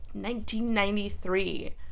1993